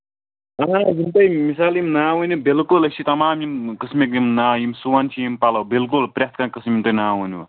آ یِم تۄہہِ مِثال یِم ناو ؤنِو بِلکُل أسۍ چھِ تَمام یِم قٔسمٕکۍ یِم ناو یِم سُوان چھِ یِم پَلو بِلکُل پرٛٮ۪تھ کانٛہہ قٕسٕم یِم تۄہہِ ناو ؤنۍوٕ